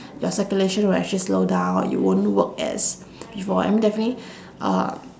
your circulation will actually slow down you won't work as before I mean definitely uh